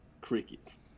crickets